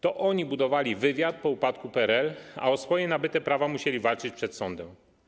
To oni budowali wywiad po upadku PRL, a o swoje nabyte prawa musieli walczyć przed sądem.